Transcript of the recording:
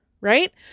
right